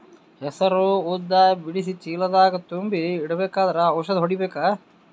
ಹೆಸರು ಉದ್ದ ಬಿಡಿಸಿ ಚೀಲ ದಾಗ್ ತುಂಬಿ ಇಡ್ಬೇಕಾದ್ರ ಔಷದ ಹೊಡಿಬೇಕ?